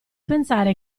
pensare